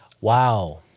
Wow